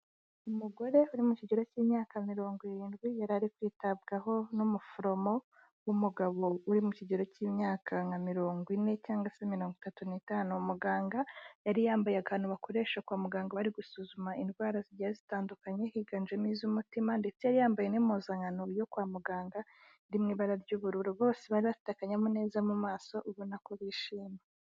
Umugore, uri mu kigero cy'imyaka mirongo irindwi, yari ari kwitabwaho n'umuforomo, w'umugabo uri mu kigero cy'imyaka nka mirongo ine, cyangwa se mirongo itatu n'itanu, muganga yari yambaye akantu bakoresha kwa muganga bari gusuzuma indwara zigiye zitandukanye, higanjemo iz'umutima, ndetse yari yambaye n'impuzankano yo kwa muganga, iri mw'ibara ry'ubururu. Bose bari bafite akanyamuneza mu maso, ubona ko bishimye.